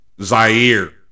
Zaire